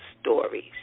stories